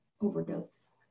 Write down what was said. overdose